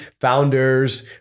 founders